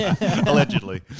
allegedly